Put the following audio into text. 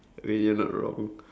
wait you're not wrong